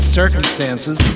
circumstances